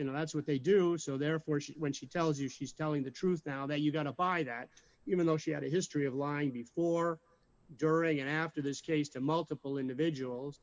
you know that's what they do so therefore she when she tells you she's telling the truth now that you've got to buy that even though she had a history of lying before during and after this case to multiple individuals